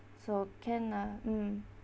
so can lah mm